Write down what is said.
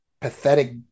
pathetic